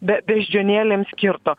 be beždžionėlėms skirto